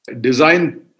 design